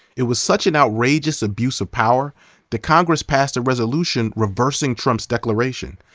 it was such an outrageous abuse of power that congress passed a resolution reversing trump's declaration.